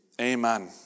Amen